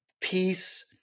peace